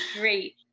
Great